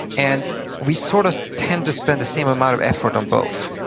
and we sort of tend to spend the same amount of effort on both.